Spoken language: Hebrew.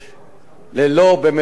ללא משוא פנים,